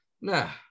Nah